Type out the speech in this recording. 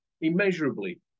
immeasurably